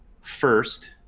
first